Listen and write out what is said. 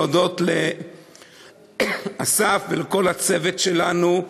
להודות לאסף ולכל הצוות שלנו,